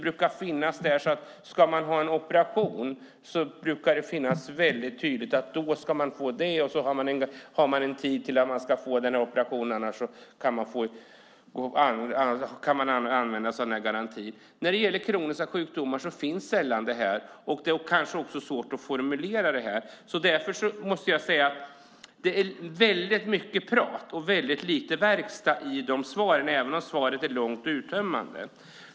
Ska man genomgå en operation brukar det sägas tydligt att man ska få en tid till operation, annars kan man använda sig av garantin. Men när det gäller kroniska sjukdomar finns sällan sådant. Det är kanske svårt att formulera det. Därför måste jag säga att det är väldigt mycket prat och väldigt lite verkstad i svaret även om svaret är långt och uttömmande.